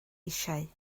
eisiau